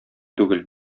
түгел